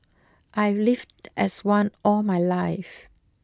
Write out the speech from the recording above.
I've lived as one all my life